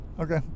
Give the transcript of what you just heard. Okay